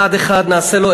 אחד-אחד נעשה לו,